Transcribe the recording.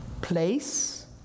place